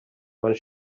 mewn